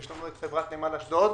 יש לנו חברת נמל אשדוד.